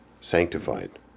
sanctified